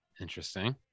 interesting